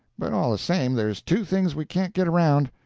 but all the same there's two things we can't get around,